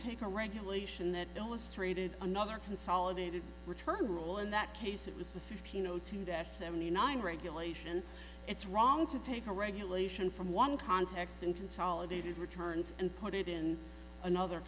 take a regulation that don't list rated another consolidated return rule in that case it was the fifteen zero to that seventy nine regulation it's wrong to take a regulation from one context and consolidated returns and put it in another